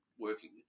working